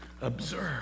Observe